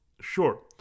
sure